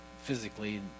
physically